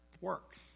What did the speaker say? works